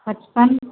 पचपन